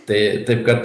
tai taip kad